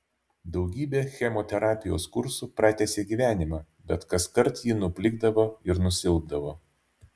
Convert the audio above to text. daugybė chemoterapijos kursų pratęsė gyvenimą bet kaskart ji nuplikdavo ir nusilpdavo